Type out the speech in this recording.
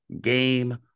Game